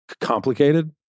complicated